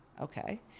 okay